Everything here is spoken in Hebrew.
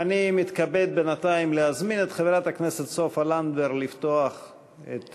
אני מתכבד בינתיים להזמין את חברת הכנסת סופה לנדבר לפתוח את